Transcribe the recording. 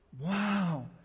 Wow